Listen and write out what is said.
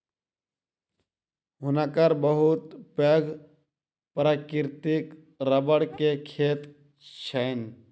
हुनकर बहुत पैघ प्राकृतिक रबड़ के खेत छैन